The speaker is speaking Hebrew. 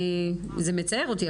זה מצער אותי,